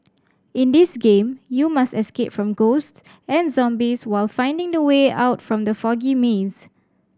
in this game you must escape from ghost and zombies while finding the way out from the foggy maze